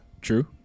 True